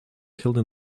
killed